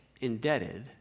indebted